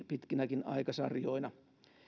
pitkinäkin aikasarjoina